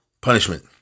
punishment